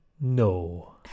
No